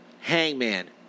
Hangman